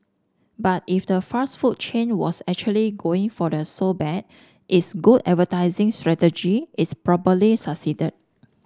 but if the fast food chain was actually going for the so bad it's good advertising strategy its probably succeeded